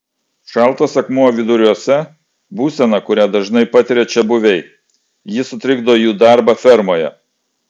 šaltas akmuo viduriuose būsena kurią dažnai patiria čiabuviai ji sutrikdo jų darbą fermoje